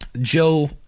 Joe